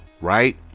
right